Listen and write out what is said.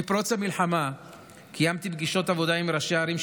מפרוץ המלחמה קיימתי פגישות עבודה עם ראשי הערים שדרות,